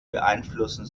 beeinflussen